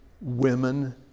women